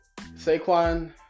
Saquon